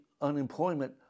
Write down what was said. unemployment